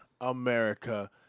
America